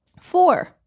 Four